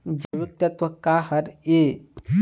जैविकतत्व का हर ए?